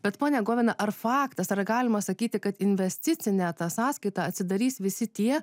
bet ponia govina ar faktas ar galima sakyti kad investicinę sąskaitą atsidarys visi tie